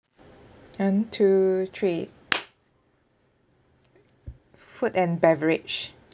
one two three food and beverage